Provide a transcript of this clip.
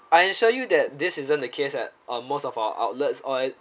I assure you that this isn't the case at uh most of our outlets or